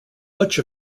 much